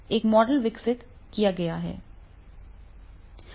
एक मॉडल विकसित किया गया है